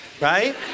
right